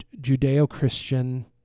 Judeo-Christian